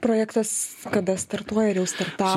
projektas kada startuoja jau startavo